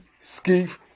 Skeef